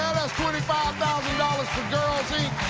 that's twenty five thousand dollars for girls inc.